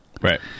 Right